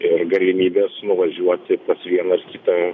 ir galimybės nuvažiuoti pas vieną ar kitą